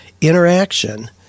interaction